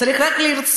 צריך רק לרצות,